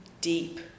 deep